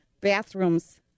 Bathroom's